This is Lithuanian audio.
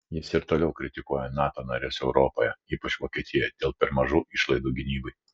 jis ir toliau kritikuoja nato nares europoje ypač vokietiją dėl per mažų išlaidų gynybai